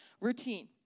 routine